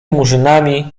murzynami